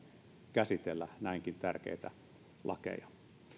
käsitellä näinkin tärkeitä lakeja